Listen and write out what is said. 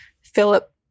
Philip